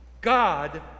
God